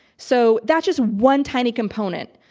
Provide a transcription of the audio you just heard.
so, that's just one tiny component.